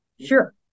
Sure